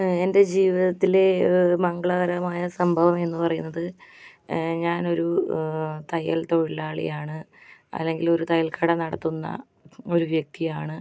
എൻ്റെ ജീവിതത്തിലെ മംഗളകരമായ സംഭവം എന്ന് പറയുന്നത് ഞാനൊരു തയ്യൽ തൊഴിലാളിയാണ് അല്ലെങ്കിൽ ഒരു തയ്യൽക്കട നടത്തുന്ന ഒരു വ്യക്തിയാണ്